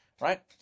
right